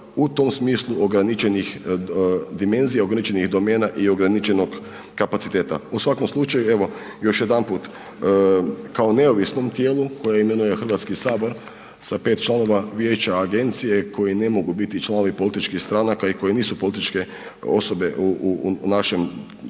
u tom smislu ograničenih dimenzija, ograničenih domena i ograničenog kapaciteta. U svakom slučaju, evo još jedanput, kao neovisnom tijelu koje imenuje HS sa 5 članova vijeća agencije koji ne mogu biti članovi političkih stranaka i koji nisu političke osobe u, u,